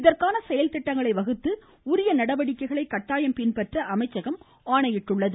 இதற்கான செயல்திட்டங்களை வகுத்து உரிய நடவடிக்கைகளை கட்டாயம் பின்பற்ற அமைச்சகம் ஆணையிட்டுள்ளது